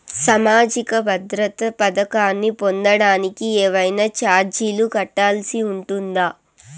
సామాజిక భద్రత పథకాన్ని పొందడానికి ఏవైనా చార్జీలు కట్టాల్సి ఉంటుందా?